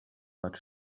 but